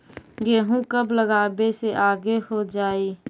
गेहूं कब लगावे से आगे हो जाई?